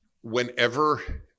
Whenever